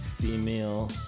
Female